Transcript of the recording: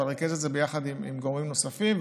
אבל ריכז את זה ביחד עם גורמים נוספים,